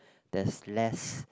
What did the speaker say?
there's less